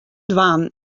dwaan